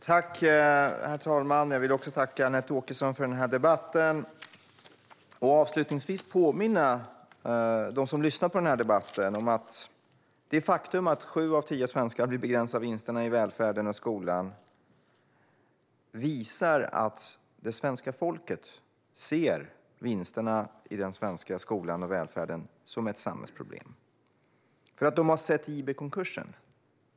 Herr talman! Jag vill tacka Anette Åkesson för debatten och avslutningsvis påminna dem som lyssnar på den om att det faktum att sju av tio svenskar vill begränsa vinsterna i den svenska välfärden och skolan visar att svenska folket ser vinsterna där som ett samhällsproblem. De har sett JB-konkursen.